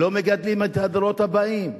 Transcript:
לא מגדלים את הדורות הבאים.